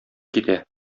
китә